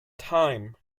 time